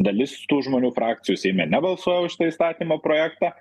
dalis tų žmonių frakcijų seime nebalsuoja už šitą įstatymo projektą